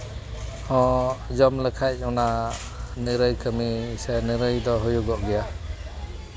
ᱦᱚᱸ ᱡᱚᱢ ᱞᱮᱠᱷᱟᱱ ᱚᱱᱟ ᱱᱤᱨᱟᱹᱭ ᱠᱟᱹᱢᱤ ᱥᱮ ᱱᱤᱨᱟᱹᱭ ᱫᱚ ᱦᱩᱭᱩᱜᱚᱜ ᱜᱮᱭᱟ